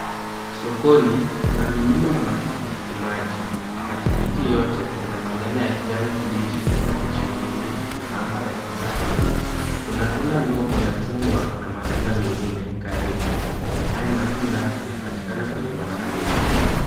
Sokoni kuna milima ya matikiti maji, matikiti yote yana maganda ya kijani kibichi na michirizi nyembamba ya kijani. Kuna tunda ndogo la chungwa na matunda mengine karibu. Haya matunda yanapatikana kwenye masanduku.